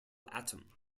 atom